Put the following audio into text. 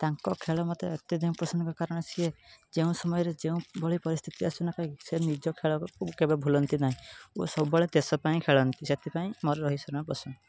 ତାଙ୍କ ଖେଳ ମୋତେ ଏତେ ଯାଇ ପ୍ରଶନ୍ନ କାରଣ ସିଏ ଯେଉଁ ସମୟରେ ଯେଉଁ ଭଳି ପରିସ୍ଥିତ ଆସୁନା କାହିଁକି ସେ ନିଜ ଖେଳକୁ କେବେ ଭୁଲନ୍ତି ନାହିଁ ଓ ସବୁବେଳେ ଦେଶ ପାଇଁ ଖେଳନ୍ତି ସେଥିପାଇଁ ମୋର ରୋହିତ ଶର୍ମା ପସନ୍ଦ